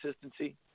consistency